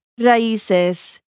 raíces